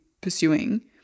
pursuing